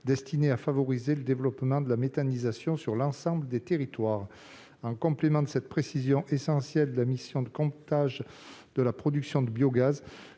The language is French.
destiné à favoriser le développement de la méthanisation sur l'ensemble des territoires. Outre cette précision essentielle relative à la mission de comptage de la production de biogaz,